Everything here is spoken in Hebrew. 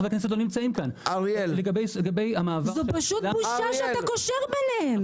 חברי הכנסת לא נמצאים כאן -- זאת פשוט בושה שאתה קושר ביניהם.